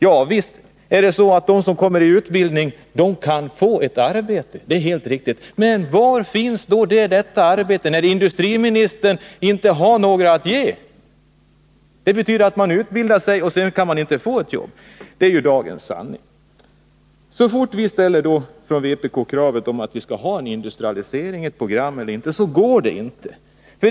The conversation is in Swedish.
Ja, det är helt riktigt att de som kommer i utbildning kan få ett arbete. Men var finns då dessa arbeten? Industriministern har ju inte några att erbjuda. Det betyder att man utbildar sig och att man sedan inte kan få något jobb. Det är dagens sanning. Så fort vi från vpk ställer kravet på en industrialisering — ett program eller inte— förklarar man att detta är omöjligt.